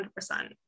100